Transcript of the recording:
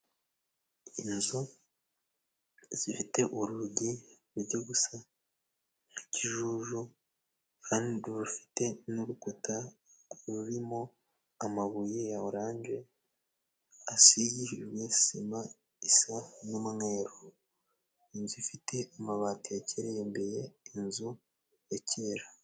Inzu zifite urugi rujya gusa nk'ikijuju, kandi urugo rufite n'urukuta rurimo amabuye ya oranje, asizwe sima isa n'umweru, inzu ifite amabati yakerebeye inzu ya kera.